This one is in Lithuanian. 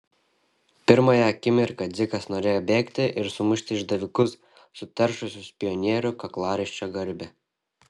pirmąją akimirką dzikas norėjo bėgti ir sumušti išdavikus suteršusius pionierių kaklaraiščio garbę